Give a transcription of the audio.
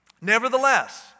Nevertheless